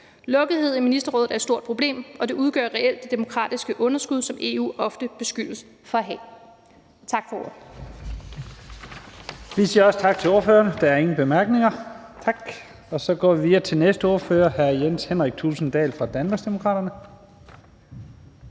Lukkethed i Ministerrådet er et stort problem, og det udgør reelt det demokratiske underskud, som EU ofte beskyldes for at have.